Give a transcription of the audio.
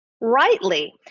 rightly